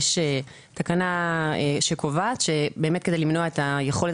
יש תקנה שקובעת שכדי למנוע את היכולת